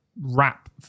wrap